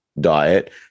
diet